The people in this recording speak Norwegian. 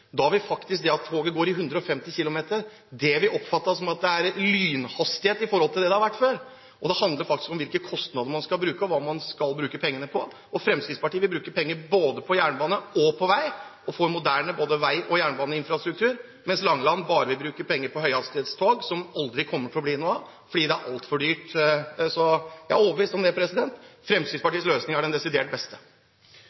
forhold til hva det har vært før. Det handler om hva slags kostnader man skal ha, og hva man skal bruke pengene på. Fremskrittspartiet vil bruke penger både på jernbane og på vei for å få en moderne vei- og jernbaneinfrastruktur, mens Langeland bare vil bruke penger på høyhastighetstog, som det aldri kommer til å bli noe av fordi det er altfor dyrt. Jeg er overbevist om